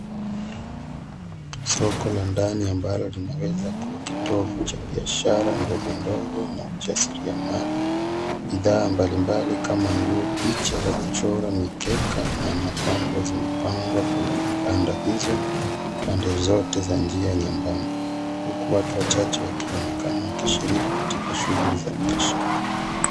Soko la ndani ambalo linaweza kuwa kitovu cha biashara ndogo ndogo na ujasirimali. Bidhaa ambalimbali kama nguo, picha za kuchora, mikeka na mapambo zimepangwa kwenye vibanda hizo pande zote za njia nyembamba. Huku watu wachache wakionekana wakishiriki katika shughuli za biashara.